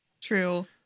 True